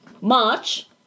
March